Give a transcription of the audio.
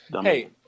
Hey